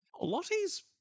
lottie's